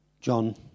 John